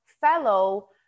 fellow